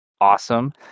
Awesome